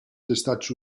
estats